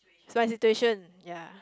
my situation ya